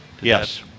Yes